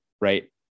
right